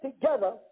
together